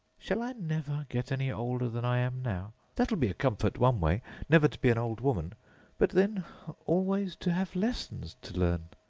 shall i never get any older than i am now? that'll be a comfort, one way never to be an old woman but then always to have lessons to learn!